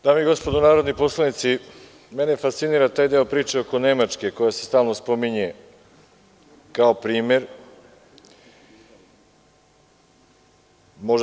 Dame i gospodo narodni poslanici, mene fascinira taj deo priče oko Nemačke, koja se stalno spominje kao primer.